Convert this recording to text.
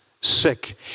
sick